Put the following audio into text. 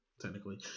technically